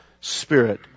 spirit